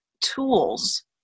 tools